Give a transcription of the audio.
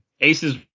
Aces –